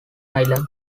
islands